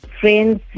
friends